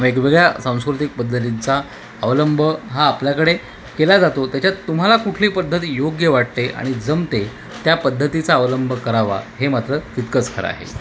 वेगवेगळ्या सांस्कृतिक पद्धतींचा अवलंब हा आपल्याकडे केला जातो त्याच्यात तुम्हाला कुठली पद्धती योग्य वाटते आणि जमते त्या पद्धतीचा अवलंब करावा हे मात्र तितकंच खरं आहे